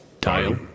tile